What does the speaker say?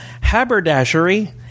haberdashery